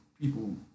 people